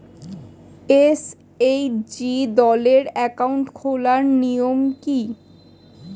SHG দলের account খোলার নিয়ম কী?